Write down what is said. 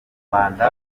rwanda